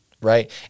Right